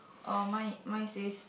oh mine mine says